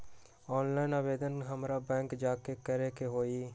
Online आवेदन हमरा bank जाके करे के होई?